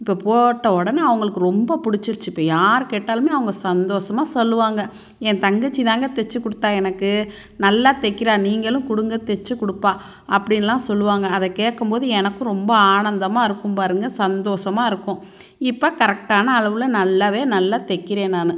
இப்போ போட்ட உடனே அவங்களுக்கு ரொம்ப பிடிச்சிருச்சி இப்போ யார் கேட்டாலுமே அவங்க சந்தோசமாக சொல்லுவாங்க ஏன் தங்கச்சி தாங்க தைச்சி கொடுத்தா எனக்கு நல்லா தைக்கிறா நீங்களும் கொடுங்க தைச்சி கொடுப்பா அப்படின்லாம் சொல்லுவாங்க அதை கேட்கும் போது எனக்கும் ரொம்ப ஆனந்தமாக இருக்கும் பாருங்க சந்தோசமாக இருக்கும் இப்போ கரெக்டான அளவில் நல்லாவே நல்லா தைக்கிறேன் நான்